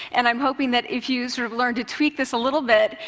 and i'm hoping that if you sort of learn to tweak this a little bit,